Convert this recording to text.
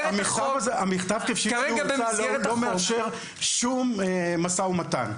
המכתב, כפי שהוא הוצא, לא מאפשר שום משא ומתן.